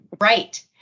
Right